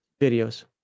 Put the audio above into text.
videos